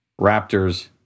Raptors